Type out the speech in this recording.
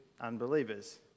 unbelievers